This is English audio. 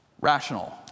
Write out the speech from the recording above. rational